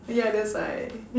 yeah that's why